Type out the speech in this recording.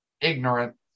ignorant